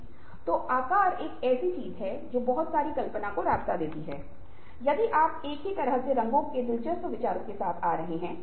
इसलिए हमें कोशिश करनी चाहिए कि हमें बोलना चाहिए लेकिन साथ ही साथ धीरज रखना चाहिए और दूसरों की सराहना करनी चाहिए